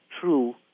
true